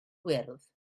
wyrdd